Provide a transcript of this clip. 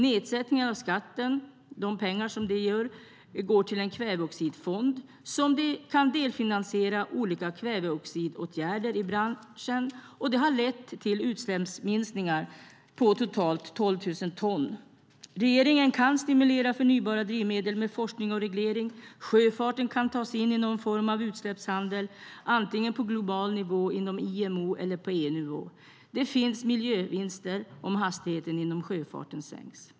De pengar som nedsättningen av skatten ger går till en kväveoxidfond som kan delfinansiera olika kväveoxidåtgärder i branschen, och det har lett till utsläppsminskningar på totalt 12 000 ton. Regeringen kan stimulera förnybara drivmedel med forskning och regleringar. Sjöfarten kan tas in i någon form av utsläppshandel, antingen på global nivå inom IMO eller på EU-nivå. Det finns miljövinster att hämta om hastigheten inom sjöfarten sänks.